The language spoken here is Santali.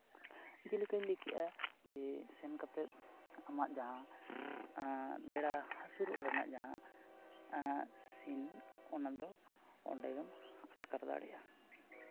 ᱡᱮᱞᱮᱠᱟᱧ ᱞᱟᱹᱭ ᱠᱮᱫᱼᱟ ᱡᱮ ᱥᱮᱱ ᱠᱟᱛᱮᱫ ᱟᱢᱟᱜ ᱡᱟᱦᱟᱸ ᱵᱮᱲᱟ ᱦᱟᱹᱥᱩᱨᱚᱜ ᱨᱮᱱᱟᱜ ᱡᱟᱦᱟᱸ ᱥᱤᱱ ᱚᱱᱟ ᱫᱚ ᱚᱸᱰᱮᱜᱮᱢ ᱟᱴᱠᱟᱨ ᱫᱟᱲᱮᱭᱟᱜᱼᱟ